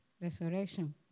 resurrection